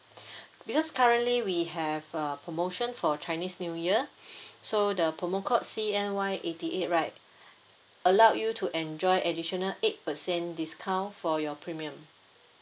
because currently we have a promotion for chinese new year so the promo code C_N_Y eighty eight right allowed you to enjoy additional eight percent discount for your premium